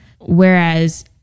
whereas